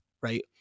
Right